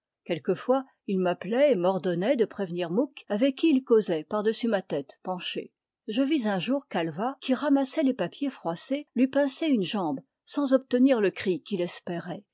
quelquefois il m'appelait et m'ordonnait de prévenir mouque avec qui il causait par dessus ma tête penchée je vis un jour calvat qui ramassait les papiers froissés lui pincer une jambe sans obtenir le cri qu'il espérait